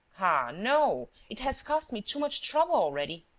ah, no, it has cost me too much trouble already!